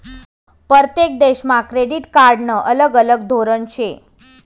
परतेक देशमा क्रेडिट कार्डनं अलग अलग धोरन शे